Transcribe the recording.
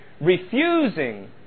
refusing